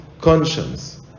conscience